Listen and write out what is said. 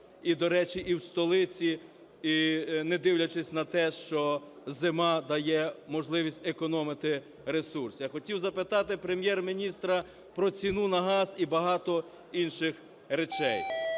і, до речі, і в столиці, не дивлячись на те, що зима дає можливість економити ресурси. Я хотів запитати Прем'єр-міністра про ціну на газ і багато інших речей.